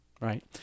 right